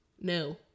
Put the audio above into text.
No